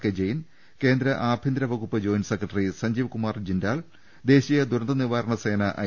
K Jain കേന്ദ്ര ആഭ്യന്തരവകുപ്പ് joint secretary Sanjeev Kumar Jindal ദേശീയ ദുരന്ത നിവാ രണ സേന ഐ